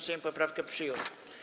Sejm poprawkę przyjął.